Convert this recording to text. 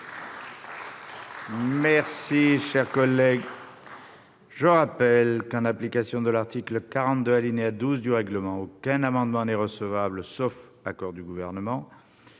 paritaire. Je rappelle que, en application de l'article 42, alinéa 12, du règlement, aucun amendement n'est recevable, sauf accord du Gouvernement.